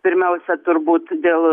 pirmiausia turbūt dėl